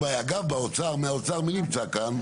מהאוצר מי נמצא כאן?